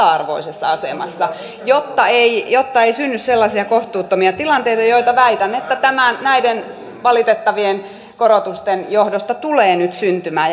arvoisessa asemassa jotta ei jotta ei synny sellaisia kohtuuttomia tilanteita joita väitän näiden valitettavien korotusten johdosta tulee nyt syntymään